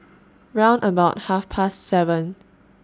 round about Half Past seven